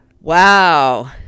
wow